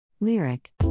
Lyric